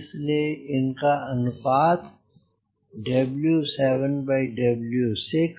इसलिए अनुपात 0969